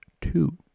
two